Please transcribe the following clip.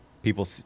people